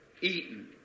eaten